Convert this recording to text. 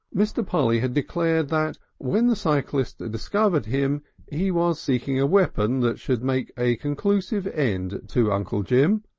mr. polly had declared that when the cyclist discovered him he was seeking a weapon that should make a conclusive end to uncle jim.